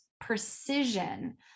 precision